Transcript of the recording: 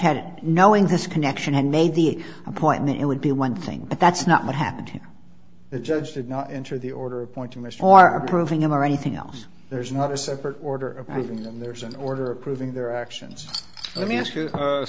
it knowing this connection had made the appointment it would be one thing but that's not what happened here the judge did not enter the order appointments for anything else there's not a separate order and there's an order of proving their actions let me ask you a